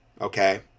Okay